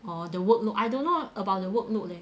or the workload I don't know about the workload leh